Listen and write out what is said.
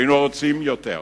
היינו רוצים יותר,